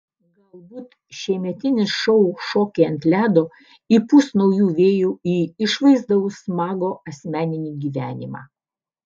galbūt šiemetinis šou šokiai ant ledo įpūs naujų vėjų į išvaizdaus mago asmeninį gyvenimą